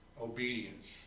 obedience